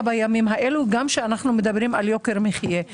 בימים האלה גם כשאנחנו מדברים על יוקר המחיה.